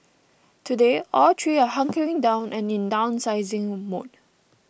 today all three are hunkering down and in downsizing mode